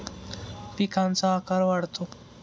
पिकांचा आकार वाढतो